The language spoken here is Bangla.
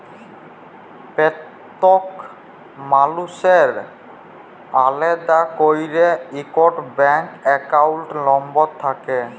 প্যত্তেক মালুসের আলেদা ক্যইরে ইকট ব্যাংক একাউল্ট লম্বর থ্যাকে